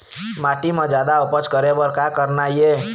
माटी म जादा उपज करे बर का करना ये?